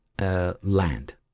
Land